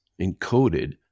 encoded